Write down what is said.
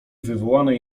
wywołanej